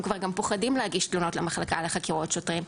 הם גם כבר פוחדים להגיש תלונות למחלקה לחקירות שוטרים,